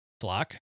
Flock